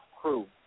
crew